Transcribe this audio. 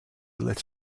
let